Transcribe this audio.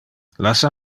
lassa